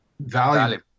value